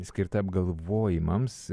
skirta apgalvojimams